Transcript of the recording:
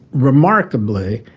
remarkably,